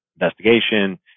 investigation